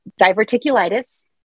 diverticulitis